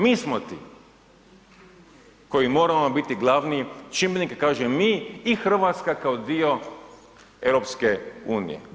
Mi smo ti koji moramo biti glavni čimbenik, kažem mi i Hrvatska kao dio EU.